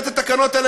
לך את כל הקרשנדו,